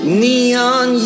neon